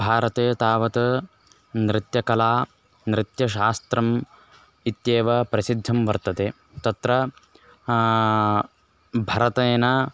भारते तावत् नृत्यकला नृत्यशास्त्रम् इत्येव प्रसिद्धं वर्तते तत्र भरतेन